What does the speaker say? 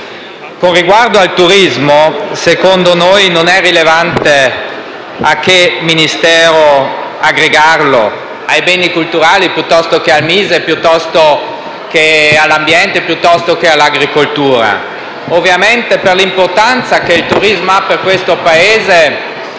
Con riguardo al turismo, secondo noi non è rilevante a che Ministero aggregarlo, ai beni culturali piuttosto che al MISE, piuttosto che all'ambiente, piuttosto che all'agricoltura. Ovviamente, per l'importanza che il turismo ha per questo Paese,